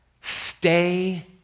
stay